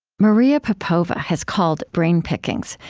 maria popova has called brain pickings,